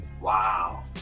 Wow